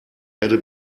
erde